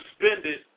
suspended